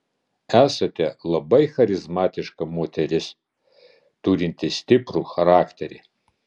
esate labai charizmatiška moteris turinti stiprų charakterį